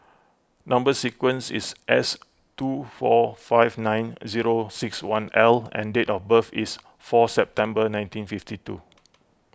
Number Sequence is S two four five nine zero six one L and date of birth is four September nineteen fifty two